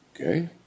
Okay